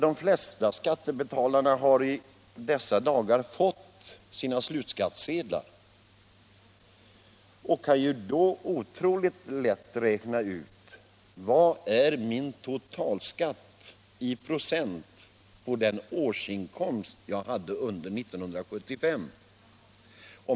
De flesta skattebetalarna har i dessa dagar fått sina slutskattsedlar och kan då lätt räkna ut totalskatten i procent på årsinkomsten 1975.